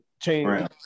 change